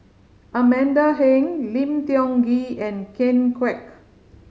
Amanda Heng Lim Tiong Ghee and Ken Kwek